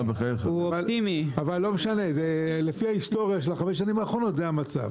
אבל לפי ההיסטוריה של החמש שנים האחרונות זה המצב.